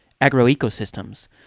agroecosystems